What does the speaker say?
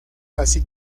así